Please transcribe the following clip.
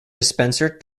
dispenser